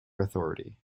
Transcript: authority